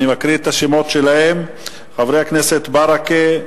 אני מקריא את השמות שלהם: חברי הכנסת ברכה,